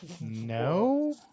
No